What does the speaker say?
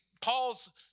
Paul's